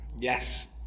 Yes